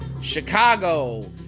Chicago